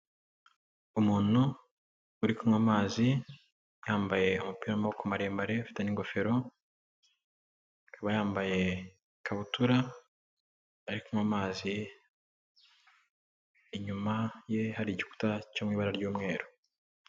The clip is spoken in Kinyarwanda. Umuntu uri kunywa amazi yambaye umupira w'amaboko maremare afite n'ingofero akaba yambaye ikabutura ari kunywa amazi inyuma ye hari igikuta cyo m'ibara ry'umweru.